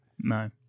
No